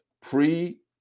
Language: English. pre